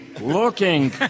looking